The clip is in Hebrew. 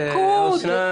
בגלל שהליכוד --- לא,